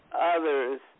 others